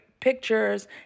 pictures